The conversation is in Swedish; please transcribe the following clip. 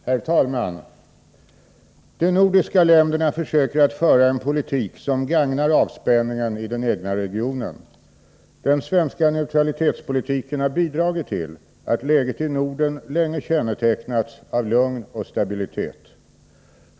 Herr talman! De nordiska länderna försöker att föra en politik som gagnar avspänningen i den egna regionen. Den svenska neutralitetspolitiken har bidragit till att läget i Norden länge kännetecknats av lugn och stabilitet.